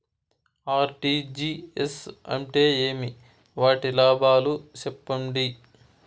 RTGS అంటే ఏమి? వాటి లాభాలు సెప్పండి?